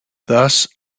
thus